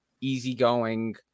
easygoing